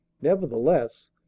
nevertheless